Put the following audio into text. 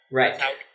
right